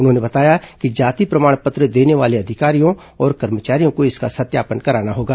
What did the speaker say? उन्होंने बताया कि जाति प्रमाण पत्र देने वाले अधिकारियों और कर्मचारियों को इसका सत्यापन कराना होगा